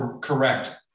Correct